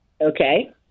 Okay